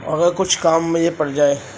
اور اگر کچھ کام مجھے پڑ جائے